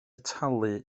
talu